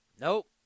Nope